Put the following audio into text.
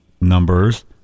numbers